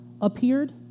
appeared